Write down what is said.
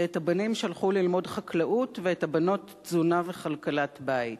את הבנים שלחו ללמוד חקלאות ואת הבנות תזונה וכלכלת בית.